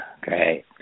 Great